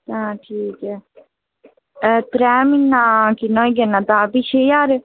तां ठीक ऐ त्रै महिने दा किन्ना होई जाना छे ज्हार